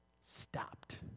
stopped